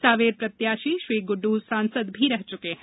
सांवेर प्रत्याशी श्री गुड्ड सांसद भी रह चुके हैं